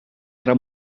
era